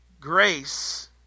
Grace